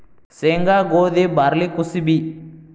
ಸೇಂಗಾ, ಗೋದಿ, ಬಾರ್ಲಿ ಕುಸಿಬಿ